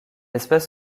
espèce